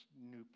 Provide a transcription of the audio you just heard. new